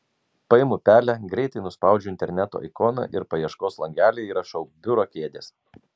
paimu pelę greitai nuspaudžiu interneto ikoną ir paieškos langelyje įrašau biuro kėdės